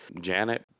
janet